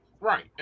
Right